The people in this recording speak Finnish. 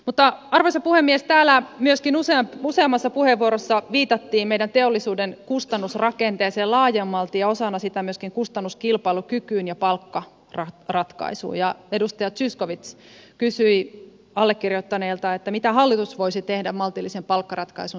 mutta arvoisa puhemies täällä myöskin useammassa puheenvuorossa viitattiin meidän teollisuuden kustannusrakenteeseen laajemmalti ja osana sitä myöskin kustannuskilpailukykyyn ja palkkaratkaisuun ja edustaja zyskowicz kysyi allekirjoittaneelta mitä hallitus voisi tehdä maltillisen palkkaratkaisun synnyttämiseksi